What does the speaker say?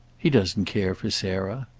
he doesn't care for sarah.